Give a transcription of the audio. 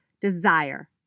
desire